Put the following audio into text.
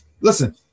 Listen